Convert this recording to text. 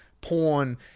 porn